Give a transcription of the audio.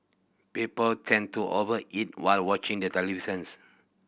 people tend to over eat while watching the televisions